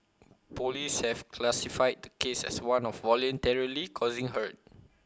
Police have classified the case as one of voluntarily causing hurt